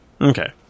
Okay